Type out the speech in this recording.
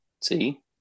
See